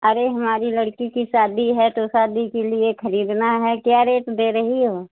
अरे हमारी लड़की की शादी है तो शादी के लिए खरीदना है क्या रेट दे रही हो